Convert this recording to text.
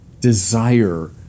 desire